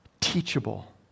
teachable